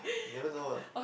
never know what